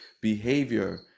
Behavior